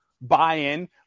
buy-in